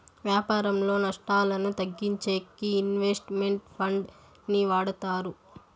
వ్యాపారంలో నష్టాలను తగ్గించేకి ఇన్వెస్ట్ మెంట్ ఫండ్ ని వాడతారు